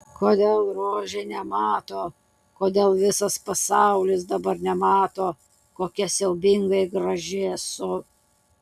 kodėl rožė nemato kodėl visas pasaulis dabar nemato kokia siaubingai graži esu